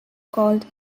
called